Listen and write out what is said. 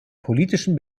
politischen